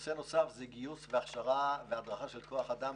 נושא נוסף גיוס והדרכה של כוח אדם